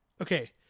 okay